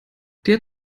der